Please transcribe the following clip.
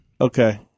Okay